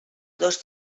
dos